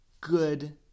good